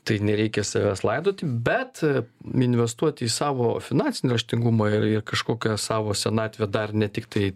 tai nereikia savęs laidoti bet investuoti į savo finansinį raštingumą ir ir kažkokią savo senatvę dar ne tiktai